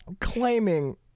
claiming